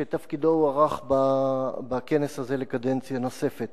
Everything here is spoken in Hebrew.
שתפקידו הוארך בכנס הזה לקדנציה הנוספת.